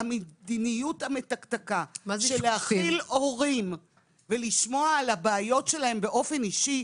המדיניות המתקתקה של להכיל הורים ולשמוע על הבעיות שלהם באופן אישי,